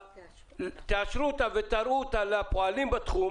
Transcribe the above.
תאשרו אותה ותראו אותה לפועלים בתחום,